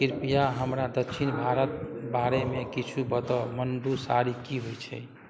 कृपया हमरा दक्षिण भारत बारेमे किछु बताउ मण्डु साड़ी कि होइ छै